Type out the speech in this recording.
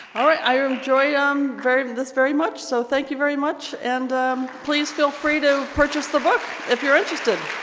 all right i enjoy um very to this very much so thank you very much and please feel free to purchase the book if you're interested.